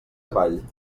avall